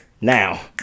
now